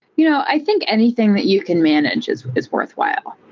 you know i think anything that you can manage is is worthwhile,